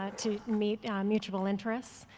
ah to meet mutual interests.